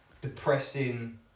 depressing